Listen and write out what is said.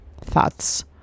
thoughts